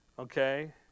Okay